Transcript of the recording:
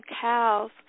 cows